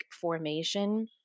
formation